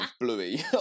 Bluey